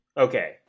Okay